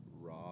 raw